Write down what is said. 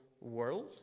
world